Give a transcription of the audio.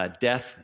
death